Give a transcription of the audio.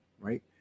right